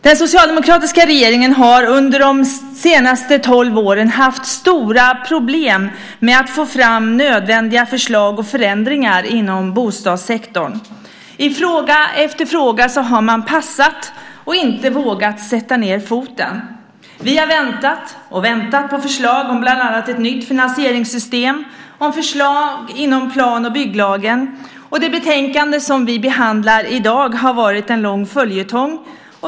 Den socialdemokratiska regeringen har under de senaste tolv åren haft stora problem med att få fram nödvändiga förslag och förändringar inom bostadssektorn. I fråga efter fråga har man passat och inte vågat sätta ned foten. Vi har väntat och väntat på förslag om bland annat ett nytt finansieringssystem och förslag inom plan och bygglagen. Det betänkande som vi behandlar i dag har varit en lång följetong.